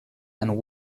and